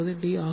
19d ஆகும்